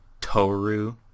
Toru